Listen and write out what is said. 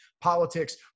politics